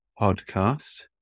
podcast